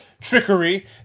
trickery